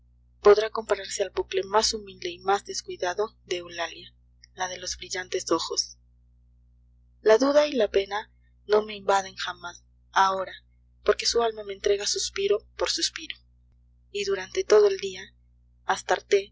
podrá compararse al bucle más humilde y más descuidado de eulalia la de los brillantes ojos la duda y la pena no me invaden jamás ahora porque su alma me entrega suspiro por suspiro y durante todo el día